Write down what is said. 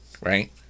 right